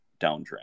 downtrend